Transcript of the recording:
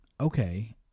Okay